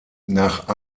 nach